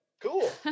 Cool